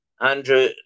Andrew